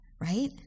right